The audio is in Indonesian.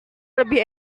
lebih